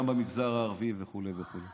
גם במגזר הערבי וכו' וכו'.